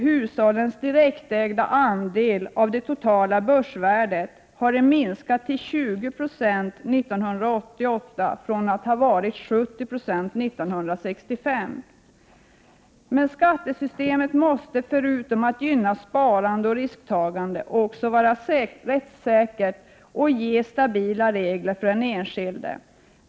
Hushållens direktägda andel av det totala börsvärdet har dessutom minskat till 20 26 1988, från att ha varit 70 20 1965. Men skattesystemet måste, förutom att gynna sparande och risktagande, också vara rättssäkert och ge stabila regler för den enkilde.